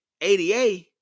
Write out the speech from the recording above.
ada